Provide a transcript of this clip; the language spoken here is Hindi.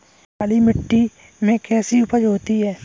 काली मिट्टी में कैसी उपज होती है?